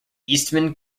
eastman